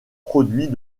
produit